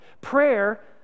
Prayer